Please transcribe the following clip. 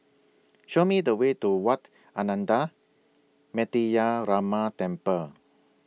Show Me The Way to Wat Ananda Metyarama Temple